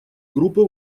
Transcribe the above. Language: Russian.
группы